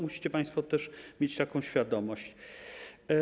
Musicie państwo mieć taką świadomość.